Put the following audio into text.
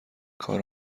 کار